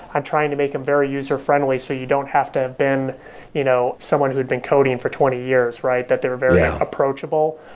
i'm trying to make them very user-friendly, so you don't have to bin you know someone who had been coding for twenty years, that they're very approachable.